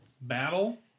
battle